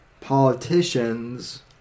Politicians